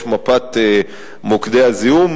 יש מפת מוקדי זיהום.